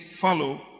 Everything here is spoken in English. follow